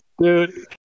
Dude